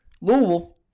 Louisville